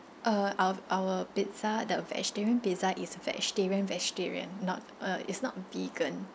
uh our our pizza the vegetarian pizza is a vegetarian vegetarian not uh it's not vegan